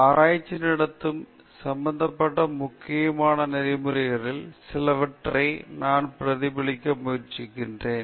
ஆராய்ச்சி நடத்தும் சம்பந்தப்பட்ட முக்கியமான நெறிமுறைகளில் சிலவற்றை நான் பிரதிபலிக்க முயற்சிப்பேன்